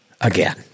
again